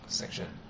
section